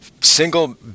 single